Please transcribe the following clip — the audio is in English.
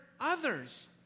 others